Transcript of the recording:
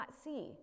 see